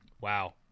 Wow